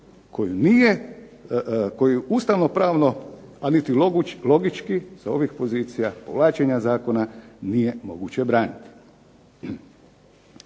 koju ustavno-pravno, a niti logički sa ovih pozicija povlačenja zakona nije moguće braniti.